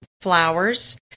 flowers